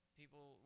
people